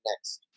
next